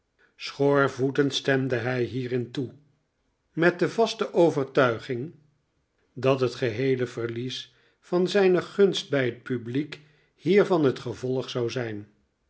schoorvoetend stemde hij hierin toe met de vaste overtuiging dat het geheele verlies van zijne gunst bij het publiek hiervan het gevolg zou zijn